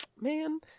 man